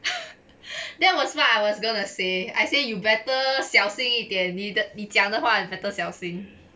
that was what I was gonna say I say you better 小心一点你的你讲的话 better 小心